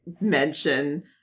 mention